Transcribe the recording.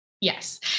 Yes